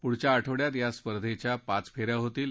पुढच्या आठवडयात या स्पर्धेच्या पाच फे या होतील